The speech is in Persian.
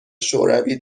شوروی